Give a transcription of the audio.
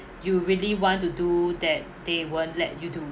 you really want to do that they won't let you do